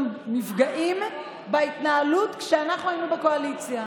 נפגעים בהתנהלות כשאנחנו היינו בקואליציה.